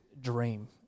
dream